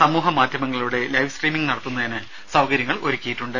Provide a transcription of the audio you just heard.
സമൂഹ മാധ്യമങ്ങളിലൂടെ live streaming നടത്തുന്നതിന് സൌകര്യങ്ങൾ ഒരുക്കിയിട്ടുണ്ട്